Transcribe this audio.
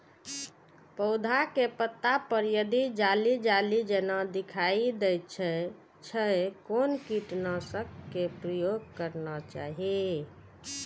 पोधा के पत्ता पर यदि जाली जाली जेना दिखाई दै छै छै कोन कीटनाशक के प्रयोग करना चाही?